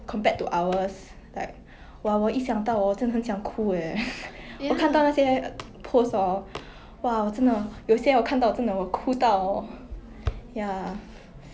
mm ya